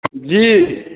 जी